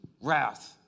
Wrath